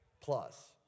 plus